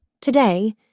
Today